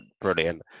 brilliant